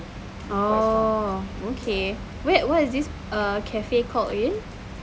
oh okay wait what is this cafe called again